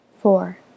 Four